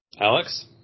Alex